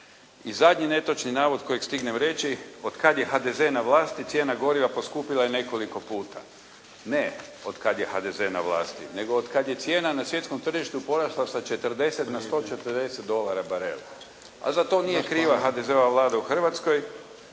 I zadnji netočan navod kojeg stignem reći od kad je HDZ na vlasti cijena goriva poskupila je nekoliko puta. Ne od kad je HDZ na vlasti nego od kad je cijena na svjetskom tržištu porasla sa 40 na 140 dolara barel, a za to nije kriva HDZ-ova Vlada u Hrvatskoj,